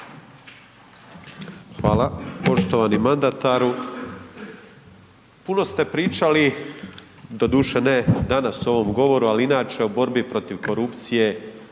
Hvala. Poštovani mandataru. Puno ste pričali, doduše ne danas u ovom govoru ali inače o borbi protiv korupcije,